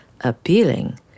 appealing